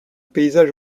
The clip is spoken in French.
paysage